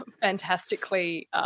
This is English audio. fantastically